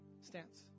stance